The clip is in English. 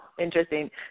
Interesting